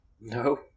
no